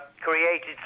created